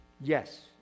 Yes